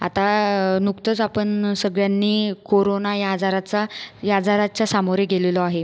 आता नुकतंच आपण सगळ्यांनी कोरोना या आजाराचा या आजाराच्या सामोरे गेलेलो आहे